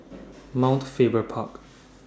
Mount Faber Park